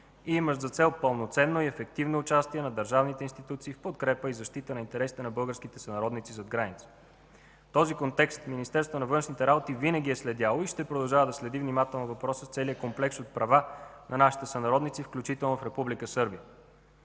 и имащ за цел пълноценно и ефективно участие на държавните институции в подкрепа и защита на интересите на българските сънародници зад граница. В този контекст Министерството на външните работи винаги е следяло и ще продължава да следи внимателно въпроса с целия комплекс от права на нашите сънародници, включително в Република Сърбия.